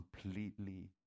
completely